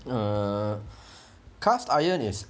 uh cast iron is